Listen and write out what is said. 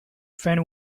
friend